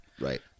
right